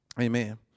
Amen